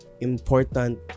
important